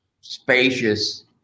spacious